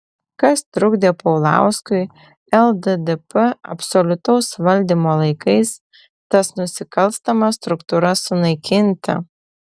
kas trukdė paulauskui lddp absoliutaus valdymo laikais tas nusikalstamas struktūras sunaikinti